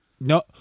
No